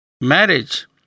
Marriage